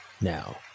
Now